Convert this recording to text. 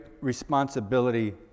responsibility